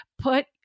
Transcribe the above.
put